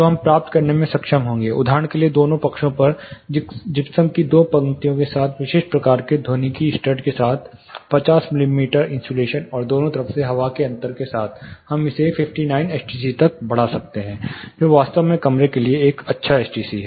तो हम प्राप्त करने में सक्षम होंगे उदाहरण के लिए दोनों पक्षों पर जिप्सम की दो पंक्तियों के साथ विशिष्ट प्रकार के ध्वनिकी स्टड के साथ 50 मिमी इंसुलेशन और दोनों तरफ हवा के अंतर के साथ हम इसे 59 एसटीसी तक बढ़ा सकते हैं जो वास्तव में कमरे के लिए एक अच्छा एसटीसी है